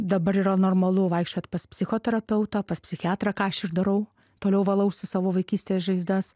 dabar yra normalu vaikščiot pas psichoterapeutą pas psichiatrą ką aš ir darau toliau valausi savo vaikystės žaizdas